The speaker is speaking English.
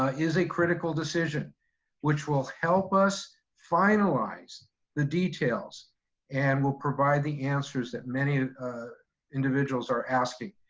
ah is a critical decision which will help us finalize the details and will provide the answers that many ah ah individuals are asking.